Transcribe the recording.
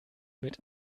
mit